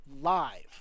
live